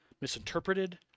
misinterpreted